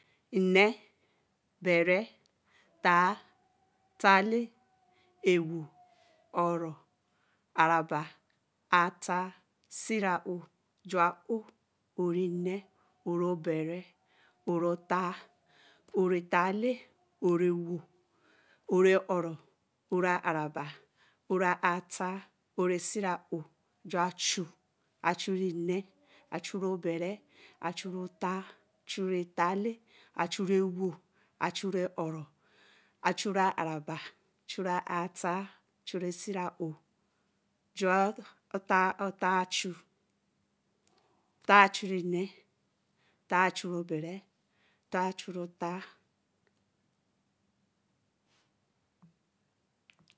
Nne bere táá La awóó ō roō arábá á táá sira oó du oō oo re ne óó re bere oo taá ōō ōōne wōō ōō re ōroo ōō re araba ōō á táá ōōresira ōō ju a chu chure nne chure bere chur re taa chur re táá là achu re awóó achu re ó roó achu re á rabá achure sira ó jua ó taá chu táá chure nne táá chure ó bere táá chure ó táá